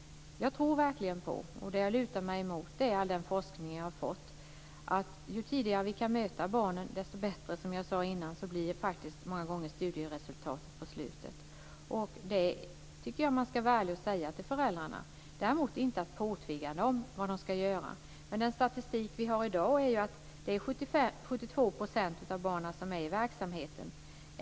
Jag tror verkligen på all den forskning som jag har fått ta del av - och det är den som jag lutar mig mot - om att studieresultatet faktiskt många gånger blir bättre på slutet ju tidigare vi kan möta barnen. Jag tycker att man ska vara ärlig och säga det till föräldrarna. Däremot ska man inte påtvinga dem det här. Men den statistik som vi har i dag visar ju att 72 % av barnen är i verksamheten.